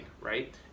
right